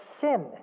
sin